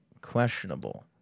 questionable